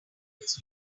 his